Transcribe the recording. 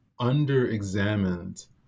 underexamined